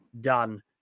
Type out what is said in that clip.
done